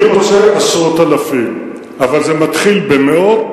אני רוצה עשרות אלפים, אבל זה מתחיל במאות.